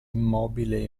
immobile